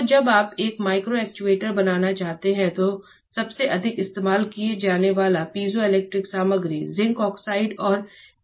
तो जब आप एक माइक्रो एक्ट्यूएटर बनाना चाहते हैं तो सबसे अधिक इस्तेमाल किया जाने वाला पीजोइलेक्ट्रिक सामग्री जिंक ऑक्साइड और PZTs है